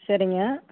சரிங்க